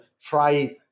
try